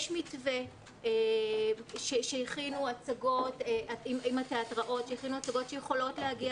יש מתווה עם התיאטראות שהכינו הצגות שיכולות להגיע